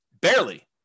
Barely